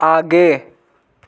आगे